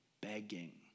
begging